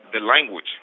language